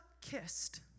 kissed